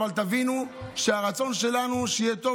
אבל תבינו שהרצון שלנו הוא שיהיה טוב